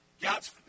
God's